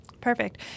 Perfect